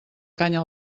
canya